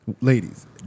ladies